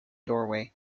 doorway